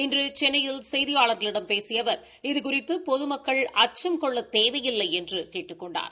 இன்று சென்னையில் செய்தியாளா்களிடம் பேசிய அவா் இது குறித்து பொதுமக்கள் அச்சம் கொள்ளத் தேவையில்லை என்று கேட்டுக் கொண்டார்